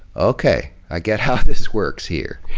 okay, i get how this works here.